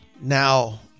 now